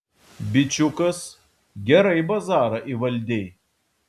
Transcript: bičiukas gerai bazarą įvaldei